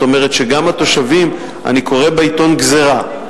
אני קורא בעיתון: "גזירה".